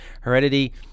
heredity